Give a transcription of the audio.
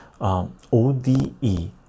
ODE